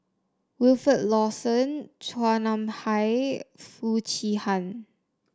Wilfed Lawson Chua Nam Hai Foo Chee Han